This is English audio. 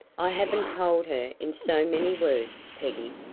i haven't told her in so many words, peggy,